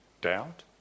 doubt